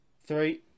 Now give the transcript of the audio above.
Three